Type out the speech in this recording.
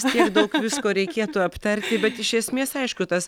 tiek daug visko reikėtų aptarti bet iš esmės aišku tas